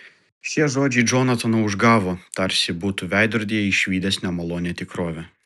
šie žodžiai džonataną užgavo tarsi būtų veidrodyje išvydęs nemalonią tikrovę